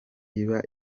iba